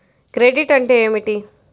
Credit అంటే ఏమిటి?